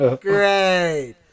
great